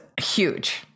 huge